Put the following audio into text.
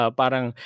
parang